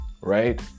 right